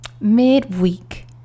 midweek